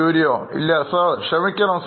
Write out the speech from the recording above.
Curioഇല്ല Sirക്ഷമിക്കണം